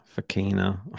Fakina